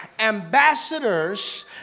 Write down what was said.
Ambassadors